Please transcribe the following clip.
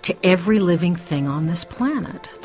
to every living thing on this planet.